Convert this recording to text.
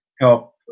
help